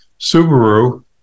Subaru